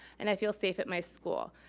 and i feel safe at my school.